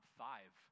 five